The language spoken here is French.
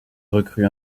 recrue